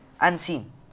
unseen